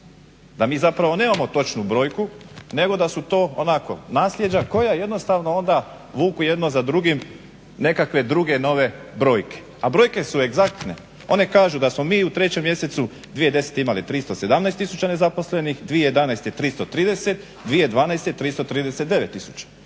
da mi zapravo nemamo točnu brojku nego da su to onako nasljeđa koja jednostavno onda vuku jedno za drugim neke druge nove brojke. A brojke egzaktne, one kažu da smo mi u 3 mjesecu 2010. imali 317 tisuća nezaposlenih, 2011. 330, 2012. 339